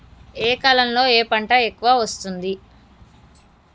ఏ కాలంలో ఏ పంట ఎక్కువ వస్తోంది?